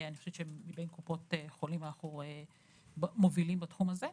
אני חושבת שמבין קופות החולים אנחנו במאוחדת מובילים בתחום הזה.